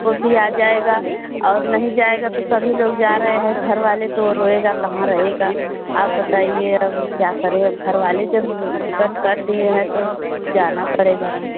वह भी आ जाएगा और नहीं जाएगा तो सभी लोग जा रहे हैं घरवाले तो वो रोएगा कहाँ रहेगा आप बताइए अब क्या करें घरवाले जब टिकट कर दिए हैं तो जाना पड़ेगा ना